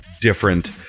different